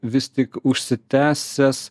vis tik užsitęsęs